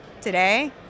today